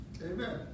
Amen